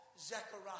Zechariah